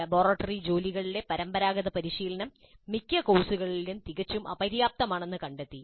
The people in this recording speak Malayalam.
ലബോറട്ടറി ജോലികളിലെ പരമ്പരാഗതപരിശീലനം മിക്ക കേസുകളിലും തികച്ചും അപര്യാപ്തമാണെന്ന് കണ്ടെത്തി